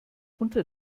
unter